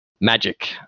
Magic